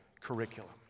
curriculum